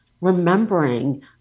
remembering